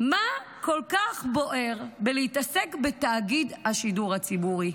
מה כל כך בוער בלהתעסק בתאגיד השידור הציבורי?